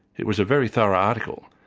it was a very thorough article,